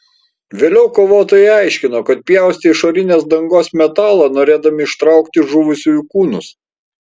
vėliau kovotojai aiškino kad pjaustė išorinės dangos metalą norėdami ištraukti žuvusiųjų kūnus